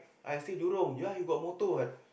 I stay Jurong ya you got motor what